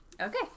Okay